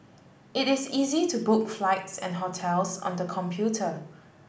it is easy to book flights and hotels on the computer